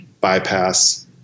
bypass